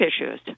issues